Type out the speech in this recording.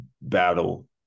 battle